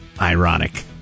Ironic